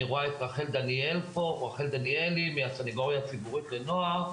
אני רואה פה את רחל דניאלי מהסניגוריה הציבורית לנוער,